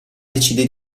decide